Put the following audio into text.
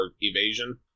evasion